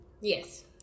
Yes